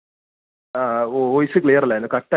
ജപ്പാനൊലെ അവരൊക്കെ തന്നെ ആണോ പ്ലെയേഴ്സിന് മാറ്റമുണ്ടോ